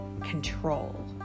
control